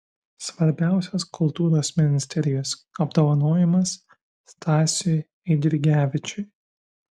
svarbiausias kultūros ministerijos apdovanojimas stasiui eidrigevičiui